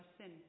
sin